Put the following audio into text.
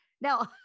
now